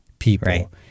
People